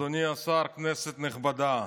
אדוני השר, כנסת נכבדה,